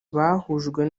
bahujwe